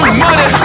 money